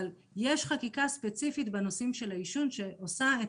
יש חקיקה ספציפית בנושאים של העישון שעושה את